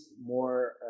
more